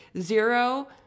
zero